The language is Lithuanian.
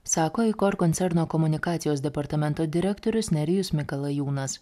sako icor koncerno komunikacijos departamento direktorius nerijus mikalajūnas